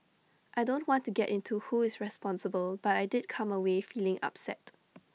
I don't want to get into who is responsible but I did come away feeling upset